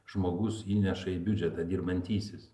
žmogus įneša į biudžetą dirbantysis